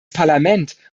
parlament